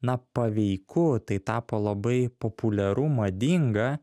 na paveiku tai tapo labai populiaru madinga